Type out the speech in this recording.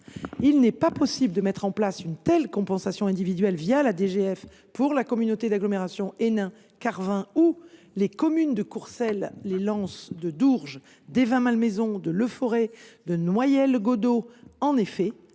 Il n’est pas possible de mettre en place une telle compensation individuelle la DGF pour la communauté d’agglomération Hénin Carvin ou les communes de Courcelles lès Lens de Dourges, d’Évin Malmaison, de Leforest, de Noyelles Godault.